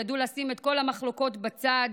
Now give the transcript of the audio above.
ידעו לשים את כל המחלוקות בצד